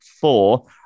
four